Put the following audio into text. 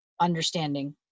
understanding